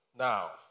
Now